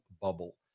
bubble